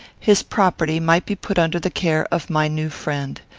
his property might be put under the care of my new friend.